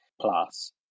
plus